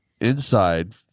inside